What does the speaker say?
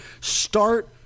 Start